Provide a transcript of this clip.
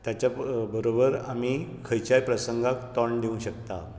ताच्या बरोबर आमी खंयच्याय प्रसंगाक तोंड दिवक शकतात